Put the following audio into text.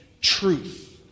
truth